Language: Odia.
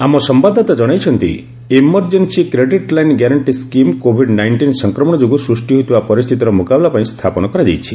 ଆମ ସମ୍ଭାଦଦାତା ଜଣାଇଛନ୍ତି emergency credit line guarantee scheme covid nineteen ସଂକ୍ରମଣ ଯୋଗୁଁ ସୃଷ୍ଟି ହୋଇଥିବା ପରିସ୍ଥିତିର ମୁକାବିଲାପାଇଁ ସ୍ଥାପନ କରାଯାଇଛି